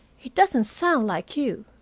it doesn't sound like you.